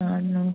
ആണോ